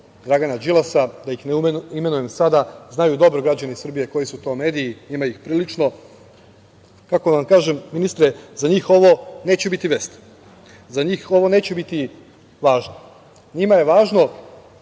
Dragana Đilasa, da ih ne imenujem sada, znaju dobro građani Srbije koji su to mediji, ima ih prilično. Za njih ovo, kako da vam kažem, ministre, neće biti vest. Za njih ovo neće biti važno. Njima je važno